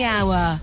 Hour